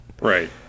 Right